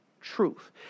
truth